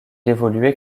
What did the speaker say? évoluait